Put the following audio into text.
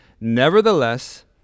Nevertheless